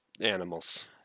animals